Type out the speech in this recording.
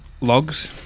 logs